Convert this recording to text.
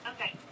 Okay